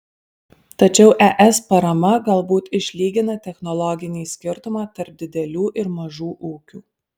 tačiau es parama galbūt išlygina technologinį skirtumą tarp didelių ir mažų ūkių